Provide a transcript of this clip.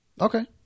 Okay